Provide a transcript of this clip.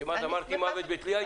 כמעט אמרתי מוות בתלייה.